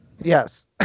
Yes